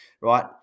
right